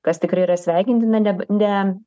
kas tikrai yra sveikintina neb ne